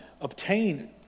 obtain